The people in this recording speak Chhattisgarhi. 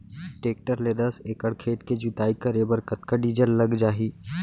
टेकटर ले दस एकड़ खेत के जुताई करे बर कतका डीजल लग जाही?